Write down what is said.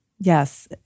Yes